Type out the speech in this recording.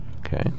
Okay